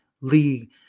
League